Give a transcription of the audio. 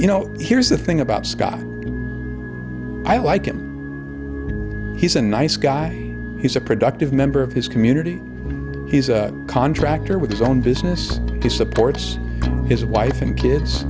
you know here's the thing about scott i like him he's a nice guy he's a productive member of his community contractor with his own business he supports his wife and kids